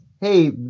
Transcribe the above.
hey